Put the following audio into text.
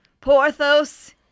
Porthos